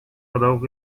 adaug